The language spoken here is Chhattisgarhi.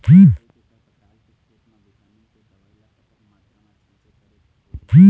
एक एकड़ पताल के खेत मा विटामिन के दवई ला कतक मात्रा मा छीचें करके होही?